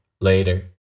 Later